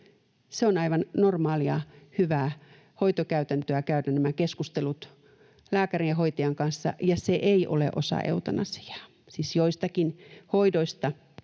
on aivan normaalia hyvää hoitokäytäntöä käydä nämä keskustelut lääkärin ja hoitajan kanssa, ja se ei ole osa eutanasiaa. Siis joistakin hoidoista